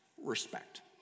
respect